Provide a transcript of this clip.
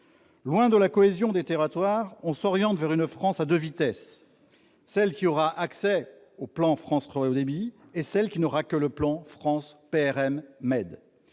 Loin de la cohésion des territoires, on s'oriente vers une France à deux vitesses : celle qui aura accès au plan France Très haut débit et celle qui n'aura que le plan France PRM-MeD,